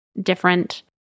different